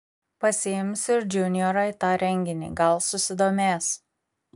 pasiimsiu ir džiuniorą į tą renginį gal susidomės